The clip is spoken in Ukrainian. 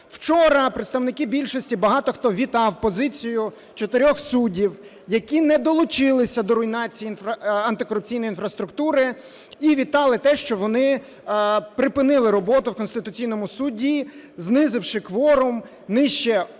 Вчора представники більшості, багато хто вітав позицію чотирьох суддів, які не долучилися до руйнації антикорупційної інфраструктури, і вітали те, що вони припинили роботу в Конституційному Суді, знизивши кворум нижче 12 осіб,